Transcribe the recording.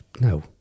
No